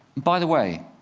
by the way,